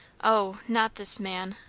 o, not this man!